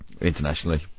Internationally